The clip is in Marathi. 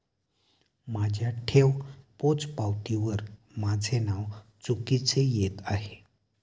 माझ्या ठेव पोचपावतीवर माझे नाव चुकीचे येत आहे